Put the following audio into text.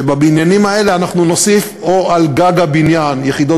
ובבניינים האלה אנחנו או נוסיף על גג הבניין יחידות